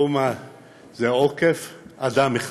פה זה עוקף אדם אחד.